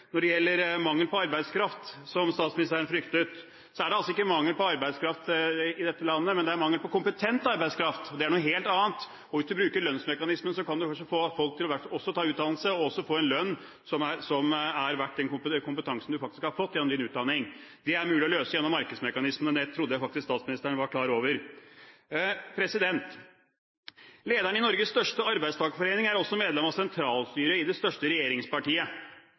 når det gjelder mangel på arbeidskraft, som statsministeren fryktet, er det ikke mangel på arbeidskraft i dette landet, men det er mangel på kompetent arbeidskraft, og det er noe helt annet. Hvis du bruker lønnsmekanismen, kan du kanskje få folk til også ta utdannelse og også få en lønn som er verd den kompetansen du faktisk har fått gjennom din utdanning. Det er mulig å løse gjennom markedsmekanismen, og det trodde jeg faktisk statsministeren var klar over. Lederen i Norges største arbeidstakerforening er også medlem av sentralstyret i det største regjeringspartiet.